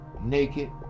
naked